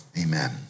amen